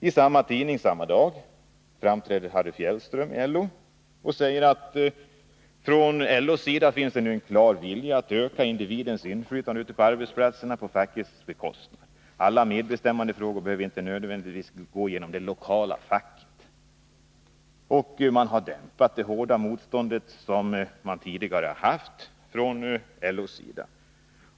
I samma tidning samma dag framträder Harry Fjällström, LO, och säger: ”Från LO:s sida finns en klar vilja att öka individens inflytande ute på arbetsplatserna på fackets bekostnad. Alla medbestämmandefrågor behöver inte nödvändigtvis gå genom det lokala facket.” LO har alltså dämpat det tidigare hårda motstånd man härvidlag haft.